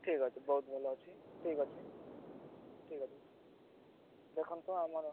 ଠିକ୍ ଅଛି ବହୁତ ଭଲ ଅଛି ଠିକ୍ ଅଛି ଠିକ୍ ଅଛି ଦେଖନ୍ତୁ ଆମର